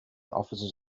officers